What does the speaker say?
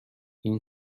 این